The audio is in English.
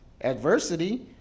adversity